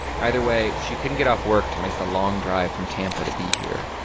either way, she couldn't get off work to make the long drive from tampa to be here.